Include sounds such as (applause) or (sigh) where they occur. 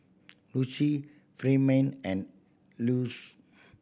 Lucio Ferdinand and (unintelligible)